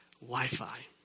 wi-fi